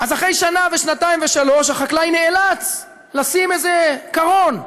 אז אחרי שנה ושנתיים ושלוש החקלאי נאלץ לשים איזה קרון,